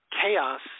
chaos